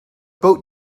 boat